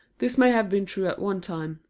this may have been true at one time,